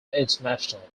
international